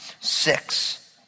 six